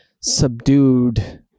subdued